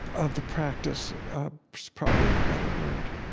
of the practice is probably a better word.